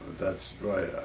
that's right.